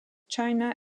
china